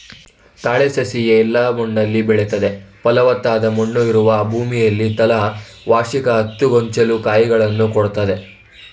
ತಾಳೆ ಸಸ್ಯ ಎಲ್ಲ ಮಣ್ಣಲ್ಲಿ ಬೆಳಿತದೆ ಫಲವತ್ತಾದ ಮಣ್ಣು ಇರುವ ಭೂಮಿಯಲ್ಲಿ ತಾಳೆ ವರ್ಷಕ್ಕೆ ಹತ್ತು ಗೊಂಚಲು ಕಾಯಿಗಳನ್ನು ಕೊಡ್ತದೆ